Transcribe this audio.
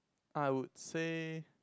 I would say